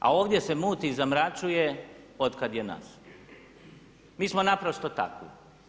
A ovdje se muti i zamračuje otkada je nas, mi smo naprosto takvi.